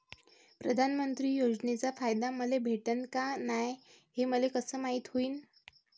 प्रधानमंत्री योजनेचा फायदा मले भेटनं का नाय, हे मले कस मायती होईन?